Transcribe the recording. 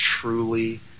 truly